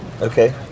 Okay